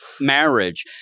marriage